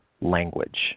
language